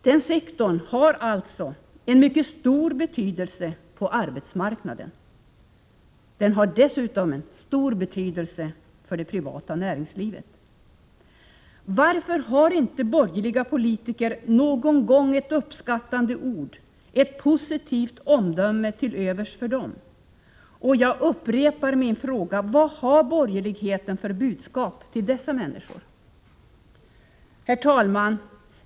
Den sektorn har en mycket stor betydelse på arbetsmarknaden. Den har dessutom stor betydelse för det privata näringslivet. Varför har inte borgerliga politiker någon gång ett uppskattande ord, ett positivt omdöme till övers för dem? Och jag upprepar min fråga: Vad har borgerligheten för budskap till dessa människor? Herr talman!